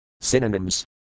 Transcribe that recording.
Synonyms